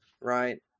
right